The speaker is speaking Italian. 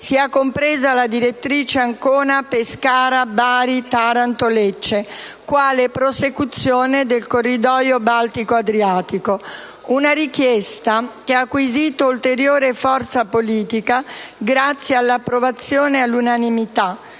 sia compresa la direttrice Ancona-Pescara-Bari-Taranto-Lecce quale prosecuzione del corridoio Baltico-Adriatico, una richiesta che ha acquisito ulteriore forza politica grazie all'approvazione all'unanimità